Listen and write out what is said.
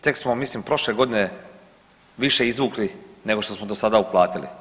Tek smo mislim prošle godine više izvukli nego što smo do sada uplatili.